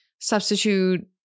substitute